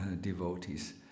devotees